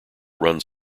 runs